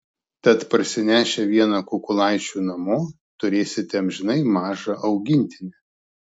tad parsinešę vieną kukulaičių namo turėsite amžinai mažą augintinį